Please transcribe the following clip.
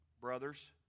brothers